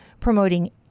promoting